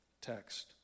text